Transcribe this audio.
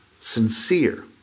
sincere